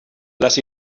les